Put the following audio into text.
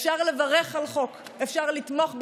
אפשר לברך על חוק, אפשר לתמוך בחוק,